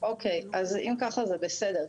אם כך זה בסדר.